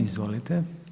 Izvolite.